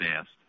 asked